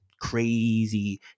crazy